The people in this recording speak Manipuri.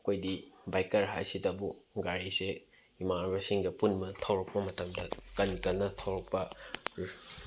ꯑꯩꯈꯣꯏꯗꯤ ꯕꯥꯏꯛꯀꯔ ꯍꯥꯏꯁꯤꯗꯕꯨ ꯒꯥꯔꯤꯁꯦ ꯏꯃꯥꯟꯅꯕꯁꯤꯡꯒ ꯄꯨꯟꯅ ꯊꯧꯔꯛꯄ ꯃꯇꯝꯗ ꯀꯟ ꯀꯟꯅ ꯊꯧꯔꯛꯄ